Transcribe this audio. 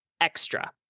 extra